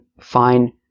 fine